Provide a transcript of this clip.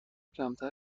کمتر